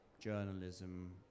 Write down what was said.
journalism